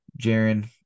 Jaron